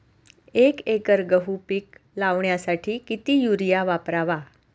एक एकर गहू पीक लावण्यासाठी किती युरिया वापरावा?